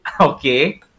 Okay